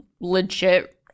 legit